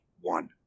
one